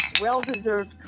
well-deserved